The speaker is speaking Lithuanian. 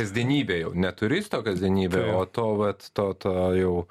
kasdienybė jau ne turisto kasdienybė o to vat to to jau